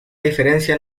diferencia